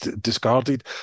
discarded